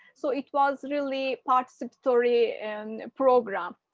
so it was really participatory and program.